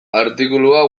artikulua